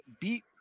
beat